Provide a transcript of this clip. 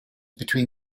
between